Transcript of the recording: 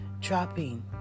dropping